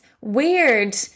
weird